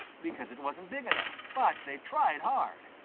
because it wasn't big enough, but, they tried hard.